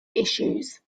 issues